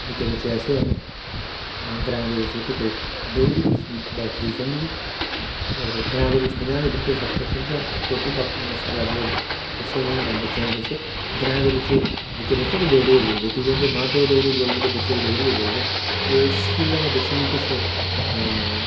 निक्के बच्चे ऐसे हैन ग्राएं दे बिच्च जेहके डोगरी गी बड़ा ठीक समझदे और ग्राएं दे बिच पंजाह् नी बल्कि सट्ठ परसैंट बच्चें दे बिच ग्राएं दे बिच निक्के बच्चे बी डोगरी गै बोलदे क्योंकि मां प्यो डोगरी बोलदे ते बच्चे बी डोगरी कगै बोलदे ओह् स्कूलें दे बिच बी किश